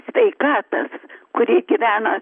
sveikatas kuri gyvena